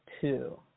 two